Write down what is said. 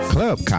Club